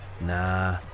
Nah